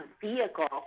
vehicle